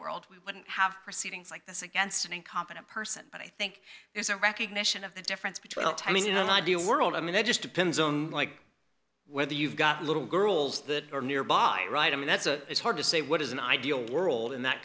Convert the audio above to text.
world we wouldn't have proceedings like this against an incompetent person but i think there's a recognition of the difference between you know ideal world i mean it just depends on whether you've got little girls that are nearby right i mean that's a it's hard to say what is an ideal world in that